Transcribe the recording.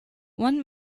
one